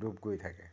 ডুব গৈ থাকে